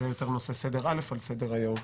זה יותר נעשה סדר א' על סדר היום,